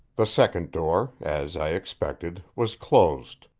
the second door, as i expected, was closed.